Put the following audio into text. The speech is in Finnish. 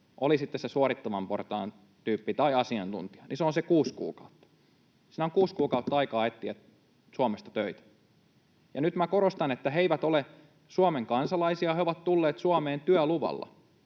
oli sitten suorittavan portaan tyyppi tai asiantuntija, niin se on se kuusi kuukautta. Siinä on kuusi kuukautta aikaa etsiä Suomesta töitä. Ja nyt minä korostan, että he eivät ole Suomen kansalaisia. He ovat tulleet Suomeen työluvalla.